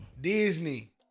Disney